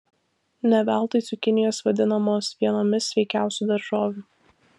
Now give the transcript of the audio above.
ne veltui cukinijos vadinamos vienomis sveikiausių daržovių